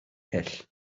hyll